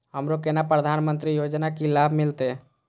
हमरो केना प्रधानमंत्री योजना की लाभ मिलते?